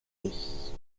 sich